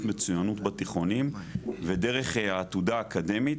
מצוינות בתיכונים ודרך העתודה האקדמית